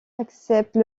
accepte